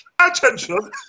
attention